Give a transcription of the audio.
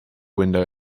window